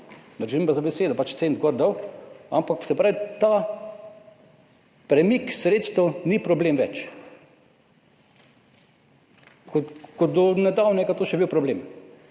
Držim vas za besedo, pač cent gor, dol, ampak se pravi, ta premik sredstev ni več problem. Do nedavnega je to še bil problem.